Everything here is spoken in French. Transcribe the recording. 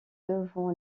devant